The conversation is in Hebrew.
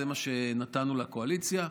זה מה שנתנו לקואליציה.